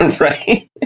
Right